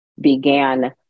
began